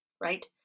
right